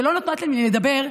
שלא נתתם לי לדבר,